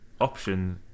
option